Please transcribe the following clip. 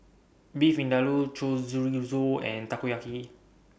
Beef Vindaloo and Takoyaki